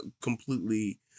completely